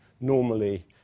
normally